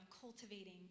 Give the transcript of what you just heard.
cultivating